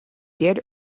did